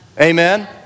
Amen